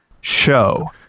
show